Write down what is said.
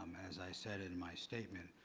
um as i said in my statement,